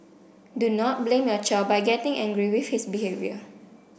do not blame your child by getting angry with his behaviour